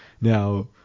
Now